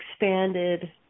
expanded